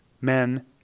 men